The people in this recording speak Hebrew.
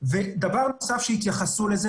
דבר נוסף שהתייחסו אליו,